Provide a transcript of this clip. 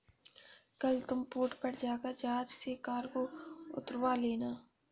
कल तुम पोर्ट पर जाकर जहाज से कार्गो उतरवा लेना